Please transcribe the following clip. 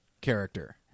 character